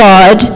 God